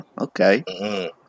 Okay